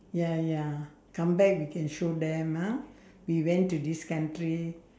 ya ya come back we can show them ah we went to this country